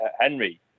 Henry